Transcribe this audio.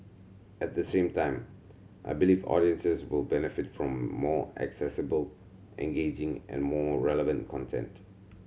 at the same time I believe audiences will benefit from more accessible engaging and more relevant content